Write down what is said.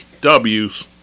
W's